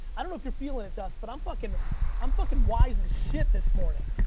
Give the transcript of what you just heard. i dunno if you're feeling it, dust, but i'm fucking i'm fucking wise as shit this morning.